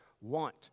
want